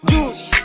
Juice